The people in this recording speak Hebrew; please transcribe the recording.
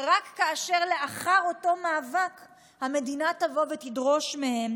רק כדי שלאחר אותו מאבק המדינה תבוא ותדרוש מהם